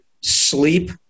sleep